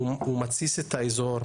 הוא מתסיס את האזור,